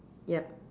yup